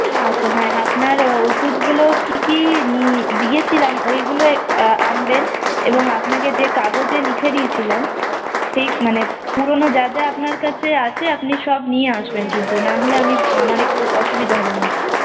আচ্ছা হ্যাঁ আপনার ওষুধগুলো কী কী নি দিয়েছিলাম ওইগুলো আনবেন এবং আপনাকে যে কাগজে লিখে দিয়েছিলাম সেই মানে পুরনো যা যা আপনার কাছে আছে আপনি সব নিয়ে আসবেন কিন্তু নাহলে আমি আমার একটু অসুবিধা হবে বুঝতে